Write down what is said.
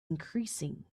increasing